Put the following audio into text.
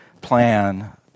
plan